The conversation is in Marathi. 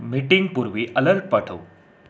मिटिंगपूर्वी अलर्ट पाठव